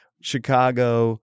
Chicago